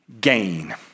gain